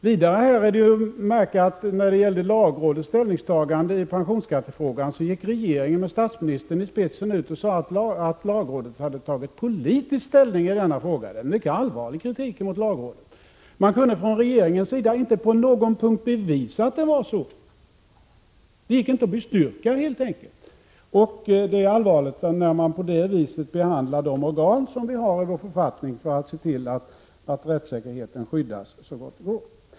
Vidare är att märka att när det gäller lagrådets ställningstagande i pensionsskattefrågan, gick regeringen med statsministern i spetsen ut och sade att lagrådet hade tagit politisk ställning i denna fråga. Det är en mycket allvarlig kritik emot lagrådet. Från regeringens sida kunde man inte på någon punkt bevisa att det var så, det gick helt enkelt inte att bestyrka. Det är allvarligt när man på det viset behandlar de organ som vi har i vår författning för att se till att rättssäkerheten skyddas så gott det går.